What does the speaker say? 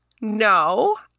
No